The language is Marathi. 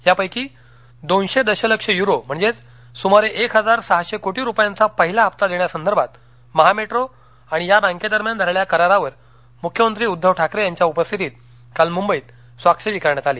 यापैकी दोनशे दशलक्ष यूरो म्हणजेच सुमारे एक हजार सहाशे कोटी रुपयांचा पहिला हप्ता देण्यासंदर्भात महा मेट्रो आणि या बँकेदरम्यान झालेल्या करारावर मुख्यमंत्री उद्दव ठाकरे यांच्या उपस्थितीत काल मुंबईत स्वाक्षरी करण्यात आली